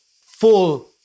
full